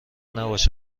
نباش